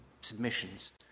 submissions